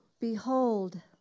Behold